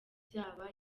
byaba